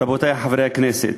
רבותי חברי הכנסת.